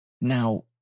Now